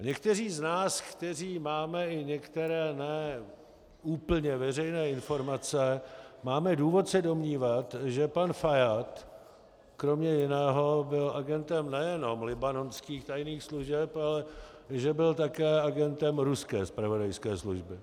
Někteří z nás, kteří máme i některé ne úplně veřejné informace, máme důvod se domnívat, že pan Fajád kromě jiného byl agentem nejenom libanonských tajných služeb, ale že byl také agentem ruské zpravodajské služby.